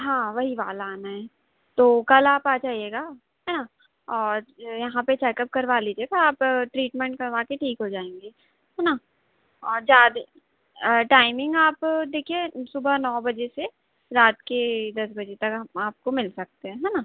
हाँ वही वाला आना है तो कल आप आ जाइएगा है न और यहाँ पर चेकअप करवा लीजिएगा आप ट्रीटमेंट करवाकर ठीक हो जाएँगी है न और ज़्यादा टाइमिंग आप देखिए सुबह नौ बजे से रात के दस बजे तक हम आपको मिल सकते हैं है न